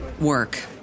work